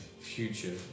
future